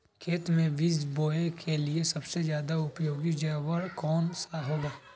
खेत मै बीज बोने के लिए सबसे ज्यादा उपयोगी औजार कौन सा होगा?